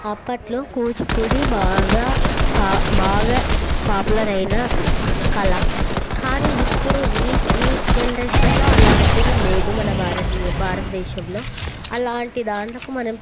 అప్పట్లో కూచిపూడి బాగా పా బాగా పాపులర్ అయిన కళ కానీ ఇప్పుడు ఈ ఈ జనరేషన్లో అలాంటివి లేదు మన భారత భారతదేశంలో అలాంటి దాంట్లకు మనం